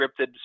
scripted